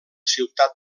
ciutat